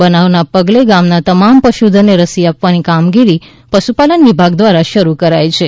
બનાવને પગલે ગામના તમામ પશુધનને રસિ આપવાની કામગીરી પશુપાલન વિભાગ દ્વારા શરૂ કરાઇ છે